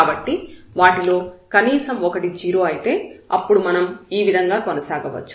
కాబట్టి వాటిలో కనీసం ఒకటి 0 అయితే అప్పుడు మనం ఈ విధంగా కొనసాగవచ్చు